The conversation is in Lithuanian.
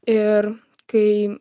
ir kai